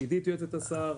עידית יועצת השר,